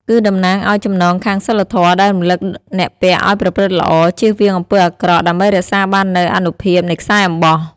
គឺតំណាងឲ្យ ចំណងខាងសីលធម៌ ដែលរំលឹកអ្នកពាក់ឲ្យប្រព្រឹត្តល្អ ជៀសវាងអំពើអាក្រក់ ដើម្បីរក្សាបាននូវអានុភាពនៃខ្សែអំបោះ។